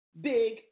big